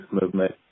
movement